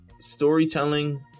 storytelling